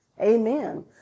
amen